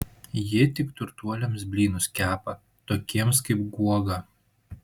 ji tik turtuoliams blynus kepa tokiems kaip guoga